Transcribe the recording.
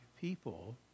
people